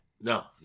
No